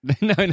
No